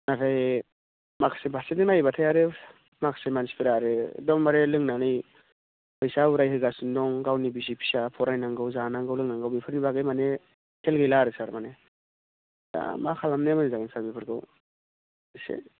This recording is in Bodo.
नाथाय माखासे फारसेथिं नायोबाथाय आरो माखासे मानसिफ्रा आरो एकदमबारे लोंनानै फैसा उराय होगासिनो दं गावनि बिसि फिसा फरायनांगौ जानांगौ लोंनांगौ बेफोरनि बागै माने खेल गैला आरो सार माने दा मा खालामनाया मोजां जागोन सार बेफोरखौ इसे